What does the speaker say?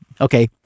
okay